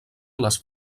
les